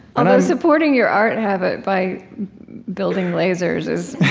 although supporting your art habit by building lasers is